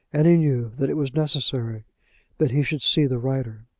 and he knew that it was necessary that he should see the writer.